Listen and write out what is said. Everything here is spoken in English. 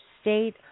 state